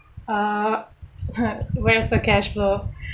uh where is the cash flow